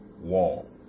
wall